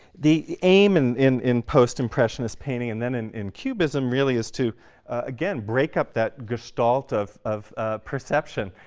the aim and in in postimpressionist painting, and then in in cubism, really, is to again break up that gestalt of of perception